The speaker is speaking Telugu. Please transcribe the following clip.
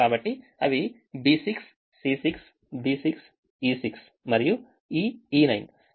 కాబట్టి అవి B6 C6 B6 E6 మరియు ఈ E9